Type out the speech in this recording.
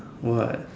what